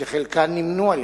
שחלקן נמנו על-ידך,